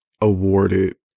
awarded